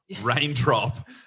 raindrop